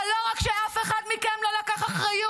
אבל לא רק שאף אחד מכם לא לקח אחריות,